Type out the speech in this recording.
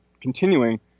continuing